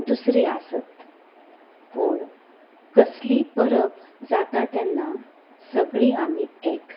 दुसरें आसत पूण कसलीय परब जाता तेन्ना सगळीं आमी एक